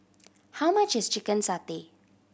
how much is chicken satay